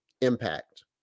impact